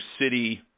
city